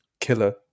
killer